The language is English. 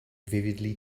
vividly